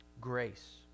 Grace